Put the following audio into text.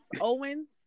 Owens